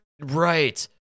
Right